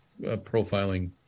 profiling